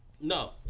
No